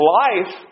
life